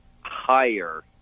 higher